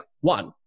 one